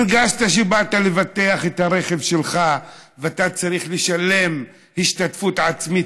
הרגשת שכשבאת לבטח את הרכב שלך אתה צריך לשלם יותר השתתפות עצמית,